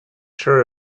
sure